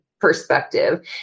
perspective